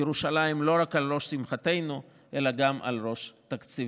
ירושלים לא רק על ראש שמחתנו אלא גם על ראש תקציבנו.